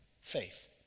Faith